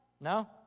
No